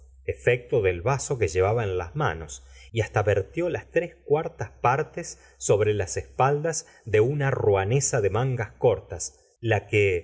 efecto del vaso que llevaba en las manos y hasta vertió las tres cuartas partes sobre las espaldas de una rouenesa de mangas cortas la que